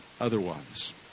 otherwise